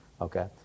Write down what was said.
okay